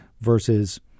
versus